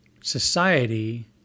society